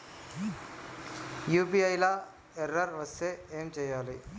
UPI లా error వస్తే ఏం చేయాలి?